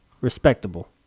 Respectable